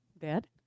Dead